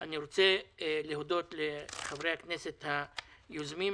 אני רוצה להודות לחברי הכנסת היוזמים.